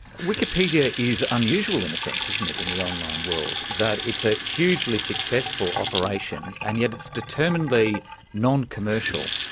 wikipedia is unusual in a sense, isn't it, in the online world, that it's a hugely successful operation and yet it's determinedly non-commercial.